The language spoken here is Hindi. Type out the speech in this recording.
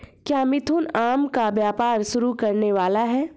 क्या मिथुन आम का व्यापार शुरू करने वाला है?